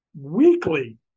Weekly